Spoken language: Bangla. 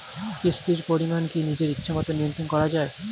কিস্তির পরিমাণ কি নিজের ইচ্ছামত নিয়ন্ত্রণ করা যায়?